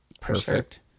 perfect